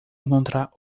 encontrar